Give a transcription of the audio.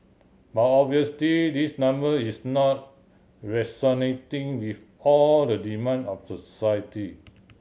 but obviously this number is not resonating with all the demand of society